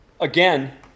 again